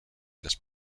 las